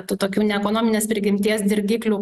tų tokių neekonominės prigimties dirgiklių